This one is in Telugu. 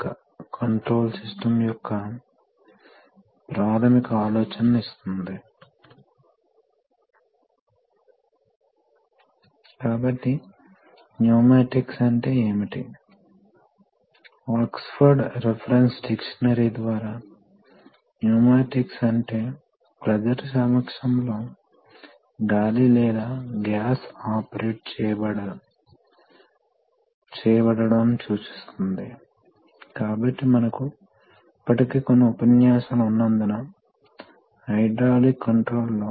కాబట్టి చివరి పాఠం నుండి వద్దాము ప్రెషర్ రిలీఫ్ వాల్వ్స్ ఈ వాల్వ్స్ సాధారణంగా అమర్చబడి ఉంటాయి కాబట్టి మీకు ఇవి ఉన్నాయి వాల్వ్స్ లేవు ఇవి సమాంతరంగా అనుసంధానించబడి ఉంటాయి సాధారణంగా మీకు పైపు ఉంది దీని ద్వారా ప్రధాన ప్రవాహం జరుగుతుంది మరియు ఈ వాల్వ్ సమాంతరంగా కనెక్ట్ చేయబడి ఉంది కాబట్టి హైడ్రాలిక్ సర్క్యూట్లో మీకు ప్రధాన రేఖ ఉంటుంది మరియు మీకు ప్రెషర్ రిలీఫ్ వాల్వ్ సాధారణంగా ట్యాంకుకు అనుసంధానించబడి ఉంటుంది కాబట్టి ఇది వాల్వ్ చిహ్నం మరియు సర్దుబాటు చేయగల స్ప్రింగ్ ఉంది